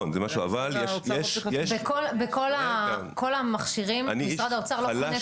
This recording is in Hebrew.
אבל יש --- בכל המכשירים משרד האוצר לא קונה כלום.